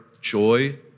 joy